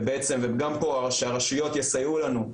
וגם פה שהרשויות יסייעו לנו,